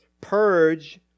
purge